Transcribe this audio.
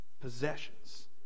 possessions